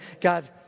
God